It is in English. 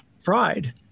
fried